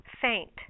faint